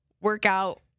workout